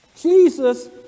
Jesus